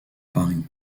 paris